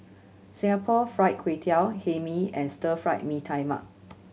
Singapore Fried Kway Tiao Hae Mee and Stir Fried Mee Tai Mak